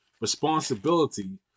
responsibility